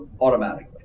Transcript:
automatically